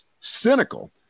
cynical